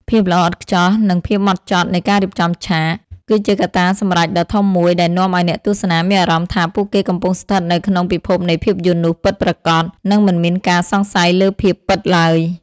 ភាពល្អឥតខ្ចោះ និងភាពហ្មត់ចត់នៃការរៀបចំឆាក គឺជាកត្តាសម្រេចដ៏ធំមួយដែលនាំឱ្យអ្នកទស្សនាមានអារម្មណ៍ថាពួកគេកំពុងស្ថិតនៅក្នុងពិភពនៃភាពយន្តនោះពិតប្រាកដ និងមិនមានការសង្ស័យលើភាពពិតឡើយ។